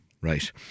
Right